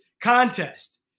contest